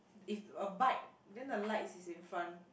is a bike then the lights is in front